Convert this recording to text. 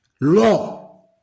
law